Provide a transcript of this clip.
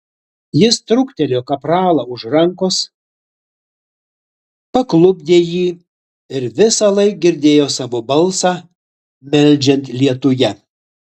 jis trūktelėjo kapralą už rankos paklupdė jį ir visąlaik girdėjo savo balsą meldžiant lietuje